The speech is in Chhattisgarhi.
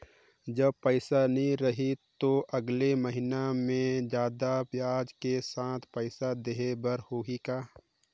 जब पइसा नहीं रही तो अगले महीना मे जादा ब्याज के साथ पइसा देहे बर होहि का?